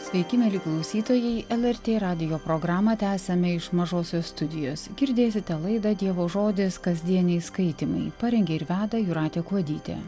sveiki mieli klausytojai lrt radijo programą tęsiame iš mažosios studijos girdėsite laidą dievo žodis kasdieniai skaitymai parengė ir veda jūratė kuodytė